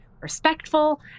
respectful